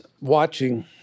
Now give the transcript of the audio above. watching